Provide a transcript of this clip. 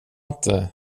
inte